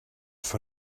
for